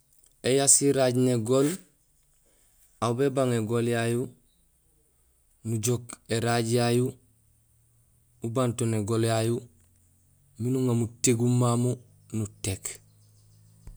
Ēyá siraay négool aw bébang égool yayu, nujook éray yayu ubanto négool yayu miin uŋaar mutéguum mamu nutéék.